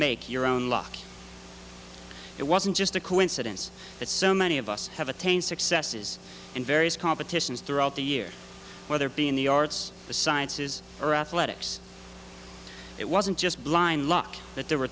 make your own luck it wasn't just a coincidence that so many of us have attained successes in various competitions throughout the year whether be in the arts the sciences or athletics it wasn't just blind luck that there were